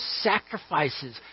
sacrifices